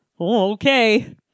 okay